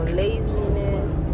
laziness